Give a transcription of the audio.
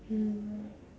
mm